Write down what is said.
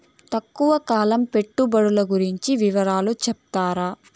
తక్కువ కాలం పెట్టుబడులు గురించి వివరాలు సెప్తారా?